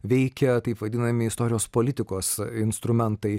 veikia taip vadinami istorijos politikos instrumentai